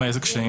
איזה קשיים?